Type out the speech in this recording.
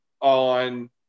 on